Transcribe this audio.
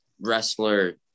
wrestler